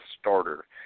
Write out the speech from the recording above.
starter